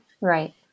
Right